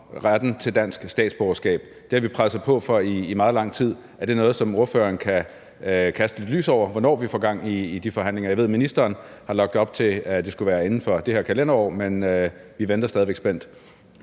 retten til dansk statsborgerskab. Det har vi presset på for i meget lang tid. Kan ordføreren kaste lidt lys over, hvornår vi får gang i de forhandlinger? Jeg ved, at ministeren har lagt op til, at det skulle være inden for det her kalenderår, men vi venter stadig væk spændt.